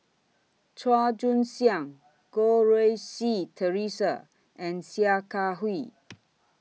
Chua Joon Siang Goh Rui Si Theresa and Sia Kah Hui